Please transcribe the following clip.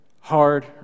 hard